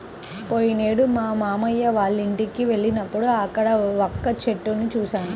పోయినేడు మా మావయ్య వాళ్ళింటికి వెళ్ళినప్పుడు అక్కడ వక్క చెట్లను చూశాను